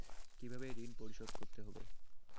কিভাবে ঋণ পরিশোধ করতে হবে?